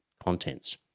Contents